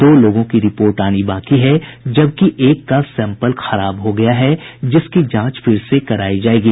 दो लोगों की रिपोर्ट आनी बाकी है जबकि एक का सैंपल खराब हो गया है जिसकी जांच फिर से करायी जायेगी